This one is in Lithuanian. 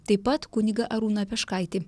taip pat kunigą arūną peškaitį